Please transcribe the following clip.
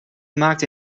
gemaakt